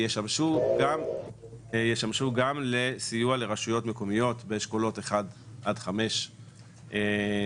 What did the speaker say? ישמשו לסיוע לרשויות מקומיות באשכולות 1 עד 5 בטיפול